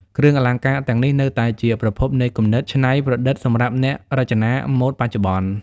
គ្រឿងអលង្ការទាំងនេះនៅតែជាប្រភពនៃគំនិតច្នៃប្រឌិតសម្រាប់អ្នករចនាម៉ូដបច្ចុប្បន្ន។